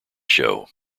show